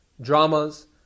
dramas